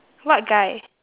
what guy